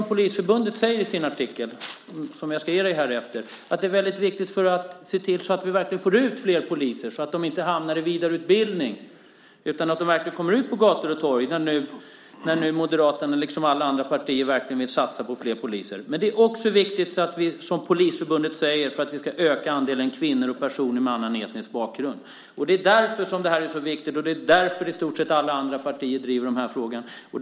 Polisförbundet säger också i sin artikel, som jag ska ge dig här efteråt, att det är väldigt viktigt att vi verkligen får ut flera poliser och att de inte hamnar i vidareutbildning utan kommer ut på gator och torg. Nu vill ju Moderaterna, liksom alla andra partier, verkligen satsa på flera poliser. Men det är också viktigt, som Polisförbundet säger, för att vi ska öka andelen kvinnor och personer med annan etnisk bakgrund. Det är därför som det här är så viktigt. Det är därför i stort sett alla andra partier driver de här frågorna.